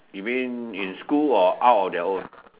you mean in school or out on their own